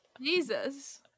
Jesus